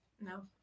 No